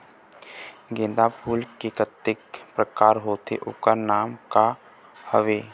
गेंदा फूल के कतेक प्रकार होथे ओकर नाम का हवे?